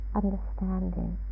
understanding